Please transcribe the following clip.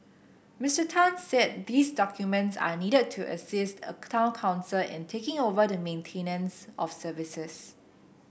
Mister Tan said these documents are needed to assist a town council in taking over the maintenance of services